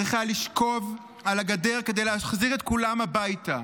צריך היה לשכב על הגדר כדי להחזיר את כולם הביתה,